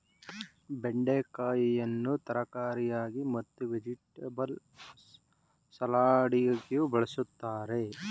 ಬೆಂಡೆಕಾಯಿಯನ್ನು ತರಕಾರಿಯಾಗಿ ಮತ್ತು ವೆಜಿಟೆಬಲ್ ಸಲಾಡಗಿಯೂ ಬಳ್ಸತ್ತರೆ